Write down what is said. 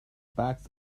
bags